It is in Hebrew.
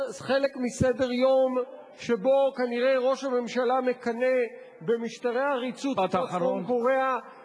חלק מסדר-יום שבו כנראה ראש הממשלה מקנא במשטרי עריצות כמו צפון-קוריאה